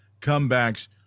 comebacks